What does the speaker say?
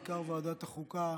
בעיקר ועדת החוקה,